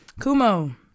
Kumo